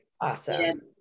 Awesome